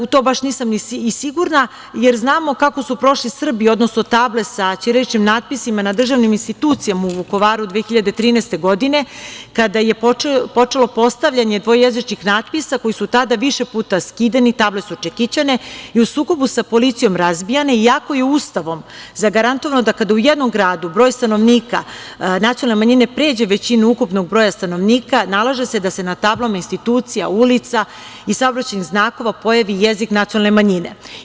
U to baš nisam sigurna, jer znamo kako su prošli Srbi, odnosno table sa ćiriličnim natpisima na državnim institucijama u Vukovaru 2013. godine, kada je počelo postavljanje dvojezičkih natpisa koji su tada više puta skidani, table su čekićane i u sukobu sa policijom razbijane, iako je Ustavom zagarantovano da kada u jednom gradu broj stanovnika nacionalne manjine pređe većinu ukupnog broja stanovnika, nalaže se da se na tablama institucija, ulica i saobraćajnih znakova pojavi i jezik nacionalne manjine.